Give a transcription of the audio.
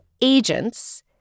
agents